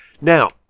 Now